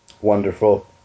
Wonderful